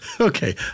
Okay